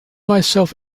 myself